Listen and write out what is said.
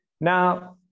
Now